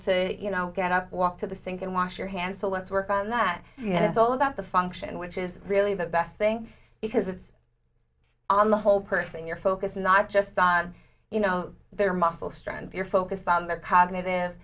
to you know get up walk to the sink and wash your hands so let's work on that yet it's all about the function which is really the best thing because it's on the whole person your focus not just on you know their muscle strength your focus on their cognitive